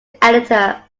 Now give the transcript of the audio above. editor